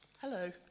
Hello